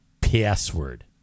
Password